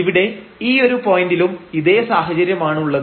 ഇവിടെ ഈയൊരു പോയന്റിലും ഇതേ സാഹചര്യമാണുള്ളത്